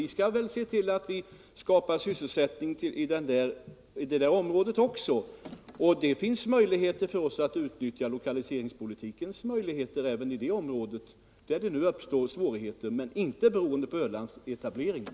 Vi skall se till att vi kan skapa sysselsättning i det området också, och det finns möjligheter för oss att utnyttja lokaliseringspolitiken även där, när det nu uppstår svårigheter. Men dessa beror som sagt var inte på Ölandsetableringen.